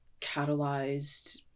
catalyzed